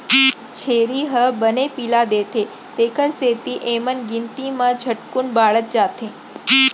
छेरी ह बने पिला देथे तेकर सेती एमन गिनती म झटकुन बाढ़त जाथें